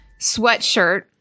sweatshirt